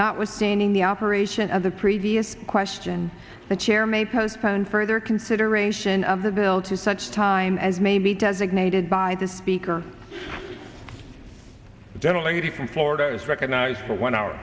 not withstanding the operation of the previous question the chair may postpone further consideration of the bill to such time as may be designated by the speaker generally orders recognize one hour